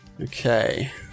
Okay